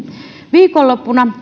viikonloppuna